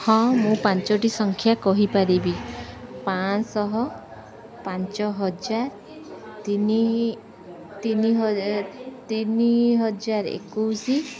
ହଁ ମୁଁ ପାଞ୍ଚଟି ସଂଖ୍ୟା କହିପାରିବି ପାଞ୍ଚ ଶହ ପାଞ୍ଚ ହଜାର ତିନି ତିନି ତିନି ହଜାର ଏକୋଇଶ